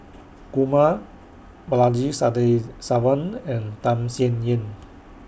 Kumar Balaji Sadasivan and Tham Sien Yen